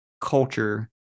culture